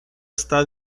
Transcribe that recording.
está